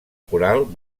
coral